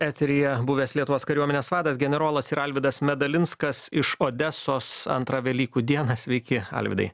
eteryje buvęs lietuvos kariuomenės vadas generolas ir alvydas medalinskas iš odesos antrą velykų dieną sveiki alvydai